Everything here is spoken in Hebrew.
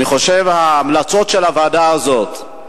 אני חושב שההמלצות של הוועדה הזאת,